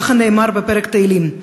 ככה נאמר בספר תהילים,